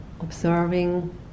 observing